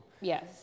Yes